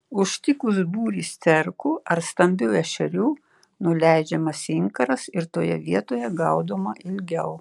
užtikus būrį sterkų ar stambių ešerių nuleidžiamas inkaras ir toje vietoje gaudoma ilgiau